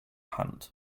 hand